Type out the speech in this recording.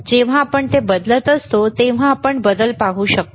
जेव्हा आपण ते बदलत असतो तेव्हा आपण बदल पाहू शकतो